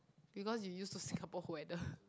because you use to Singapore weather